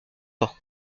pas